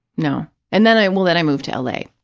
no. and then i, well, then i moved to l. a.